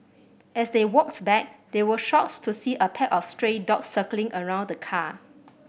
as they walked back they were shocked to see a pack of stray dogs circling around the car